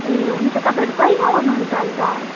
ए हुन्छ तपाईँहरू कहिले आउनु हुन्छ अन्त